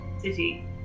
city